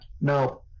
no